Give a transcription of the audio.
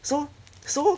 so so